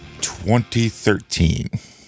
2013